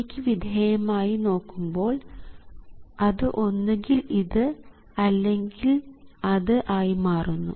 Vi ക്ക് വിധേയമായി നോക്കുമ്പോൾ അത് ഒന്നുകിൽ ഇത് അല്ലെങ്കിൽ അത് ആയി മാറുന്നു